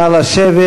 נא לשבת.